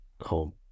home